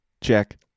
Check